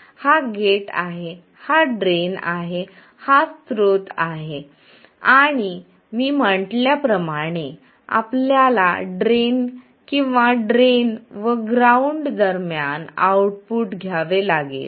हा गेट आहे हा ड्रेन आहे हा स्त्रोत आहे आणि मी म्हटल्याप्रमाणे आपल्याला ड्रेन किंवा ड्रेन व ग्राउंड दरम्यान आऊटपुट घ्यावे लागेल